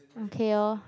okay lor